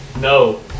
No